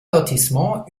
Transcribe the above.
lotissement